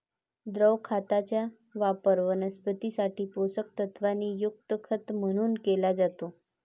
द्रव खताचा वापर वनस्पतीं साठी पोषक तत्वांनी युक्त खत म्हणून केला जातो